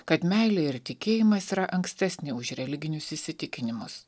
kad meilė ir tikėjimas yra ankstesni už religinius įsitikinimus